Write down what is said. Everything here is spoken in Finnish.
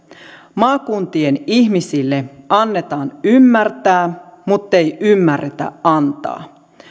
maakuntien ihmisille annetaan ymmärtää muttei ymmärretä antaa